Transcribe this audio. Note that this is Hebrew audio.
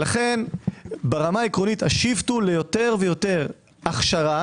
לכן ברמה העקרונית השיפט הוא ליותר ויותר הכשרה